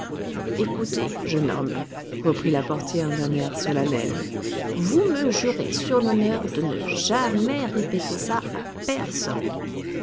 écoutez jeune homme reprit la portière d'un air solennel vous me jurez sur l'honneur de ne jamais répéter ça à personne